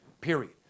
period